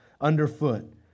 underfoot